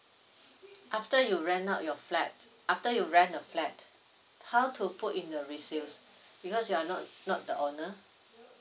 after you rent out your flat after you rent the flat how to put in the receive because you're not not the owner